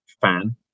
fan